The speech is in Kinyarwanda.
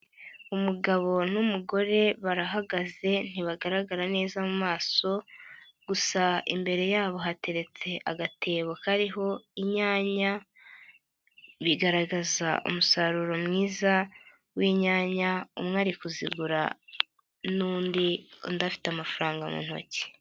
Umugabo n'umugore barahagaze ntibagaragara neza mu maso, gusa imbere yabo hateretse agatebo kariho inyanya, bigaragaza umusaruro mwiza w'inyanya, umwe ari kuzigura n'undi, undi afite amafaranga mu ntoki.